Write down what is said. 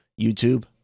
YouTube